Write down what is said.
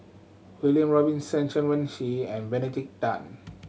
William Robinson Chen Wen Hsi and Benedict Tan